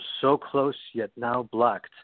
so-close-yet-now-blocked